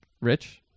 Rich